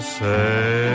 say